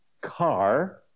car